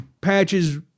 patches